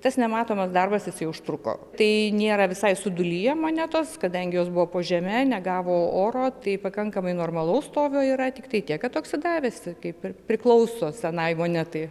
tas nematomas darbas jisai užtruko tai nėra visai suduliję monetos kadangi jos buvo po žeme negavo oro tai pakankamai normalaus stovio yra tiktai tiek kad oksidavęsi kaip ir priklauso senai monetai